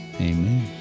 Amen